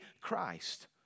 Christ